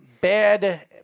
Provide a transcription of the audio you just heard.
bad